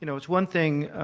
you know it's one thing,